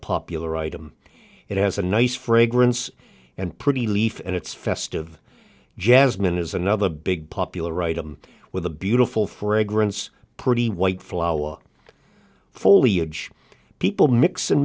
popular item it has a nice fragrance and pretty leaf and it's festive jasmine is another big popular item with a beautiful fragrance pretty white flower foliage people mix and